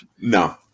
No